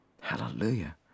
Hallelujah